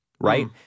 Right